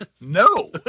no